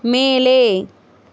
மேலே